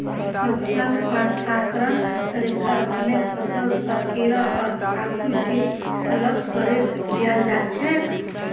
फसल प्रसंस्करण तरीका अपनैं फसल स कीड़ा आर फालतू चीज अलग करें दियाल जाछेक